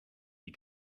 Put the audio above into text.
die